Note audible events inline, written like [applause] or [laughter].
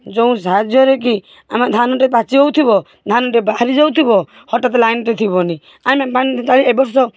ଯେଉଁ ସାହାଯ୍ୟରେ କି ଆମେ ଧାନଟେ ପାଚିଯାଉଥିବ ଧାନଟେ ବାହାରି ଯାଉଥିବ ହଟାତ୍ ଲାଇନ୍ଟେ ଥିବନି [unintelligible] ଏବର୍ଷ